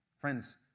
Friends